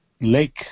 lake